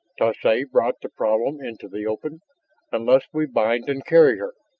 tsoay brought the problem into the open unless we bind and carry her.